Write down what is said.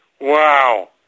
Wow